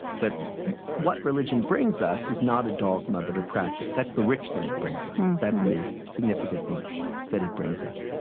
that what religion brings us is not a dogma but a practice. that's the rich thing it brings us. that's the significant thing that it brings us,